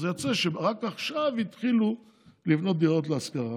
אז יוצא שרק עכשיו התחילו לבנות דירות להשכרה.